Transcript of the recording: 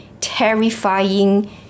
terrifying